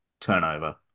turnover